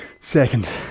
second